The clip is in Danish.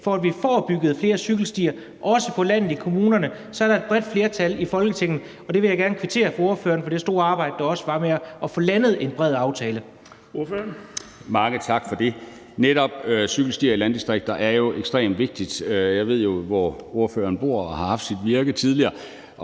– så vi får bygget flere cykelstier også på landet i kommunerne, er et bredt flertal i Folketinget. Jeg vil gerne kvittere over for ordføreren for det store arbejde, der også var med at få landet en bred aftale.